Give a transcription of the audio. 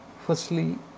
firstly